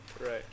Right